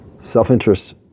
self-interest